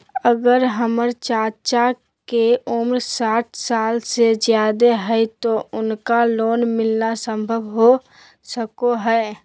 अगर हमर चाचा के उम्र साठ साल से जादे हइ तो उनका लोन मिलना संभव हो सको हइ?